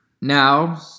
Now